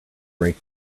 break